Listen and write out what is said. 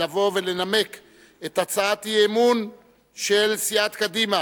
לבוא ולנמק את הצעת האי-אמון של סיעת קדימה,